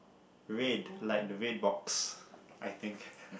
red like the red box I think